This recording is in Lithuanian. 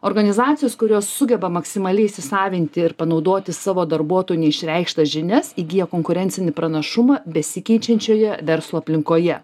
organizacijos kurios sugeba maksimaliai įsisavinti ir panaudoti savo darbuotojų neišreikštas žinias įgyja konkurencinį pranašumą besikeičiančioje verslo aplinkoje